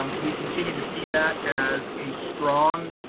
um we continue to see that as a strong